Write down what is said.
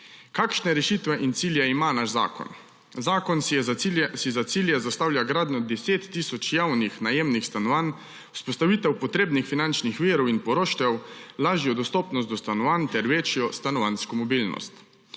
Kakšne rešitve in cilje ima naš zakon? Zakon si za cilje zastavlja gradnjo 10 tisoč javnih najemnih stanovanj, vzpostavitev potrebnih finančnih virov in poroštev, lažjo dostopnost do stanovanj ter večjo stanovanjsko mobilnost.